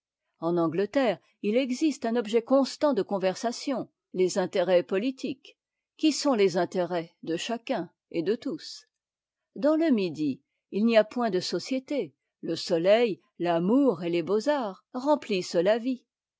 en ang eterre il existe un objet constant de conversation les intérêts poétiques qui sont les intérêts de chacun et de tous dans e midi il n'y a point de société le soleil l'amour et les beaux-arts remplissent la vie